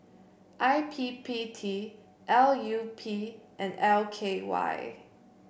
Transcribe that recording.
I P P T L U P and L K Y